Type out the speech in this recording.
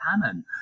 cannon